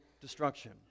destruction